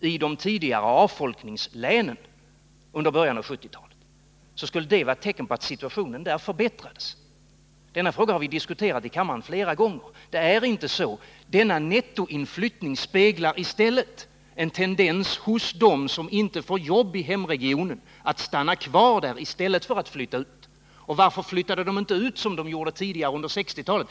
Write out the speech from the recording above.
i de tidigare avfolkningslänen under början av 1970-talet skulle det vara ett tecken på att situationen där förbättrats. Det är inte så. Denna fråga har vi diskuterat i kammaren flera gånger. Nettoinflyttningen speglar i stället en tendens hos dem som inte får jobb i hemregionen att stanna kvar där i stället för att flytta ut. Och varför flyttade de då inte ut som de gjorde tidigare, under 1960-talet?